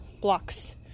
blocks